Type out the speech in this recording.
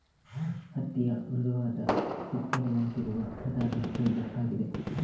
ಹತ್ತಿಯ ಮೃದುವಾದ ತುಪ್ಪಳಿನಂತಿರುವ ಪ್ರಧಾನ ಫೈಬರ್ ಆಗಿದೆ